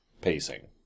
Pacing